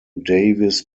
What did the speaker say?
davis